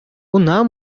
ӑна